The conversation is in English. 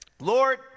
Lord